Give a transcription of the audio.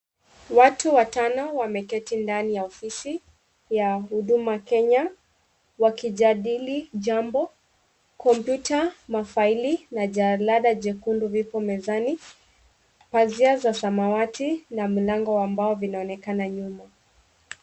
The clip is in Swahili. Watu watano wameketi ndani ya ofisi ya Huduma Kenya wakijadili jambo, kompyuta, mafaili na jalada jekundu lipo mezani, pazia ya samawati na mlango wa mbao zinaonekana nyuma.